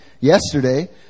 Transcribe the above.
yesterday